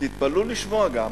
תתפלאו לשמוע, גם